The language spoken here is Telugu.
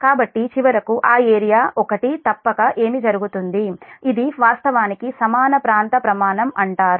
కాబట్టి చివరికి ఆ ఏరియా 1 తప్పక ఏమి జరుగుతుంది ఇది వాస్తవానికి సమాన ప్రాంత ప్రమాణం అంటారు